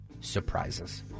Surprises